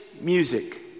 music